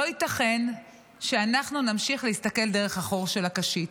לא ייתכן שאנחנו נמשיך להסתכל דרך החור של הקשית.